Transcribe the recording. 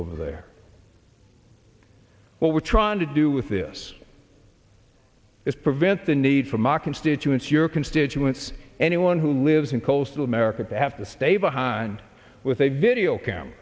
over there what we're trying to do with this is event the need from our constituents your constituents anyone who lives in coastal america to have to stay behind with a video camera